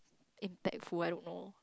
impactful I don't know